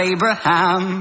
Abraham